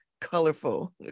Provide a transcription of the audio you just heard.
colorful